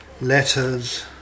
letters